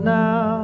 now